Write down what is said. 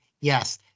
yes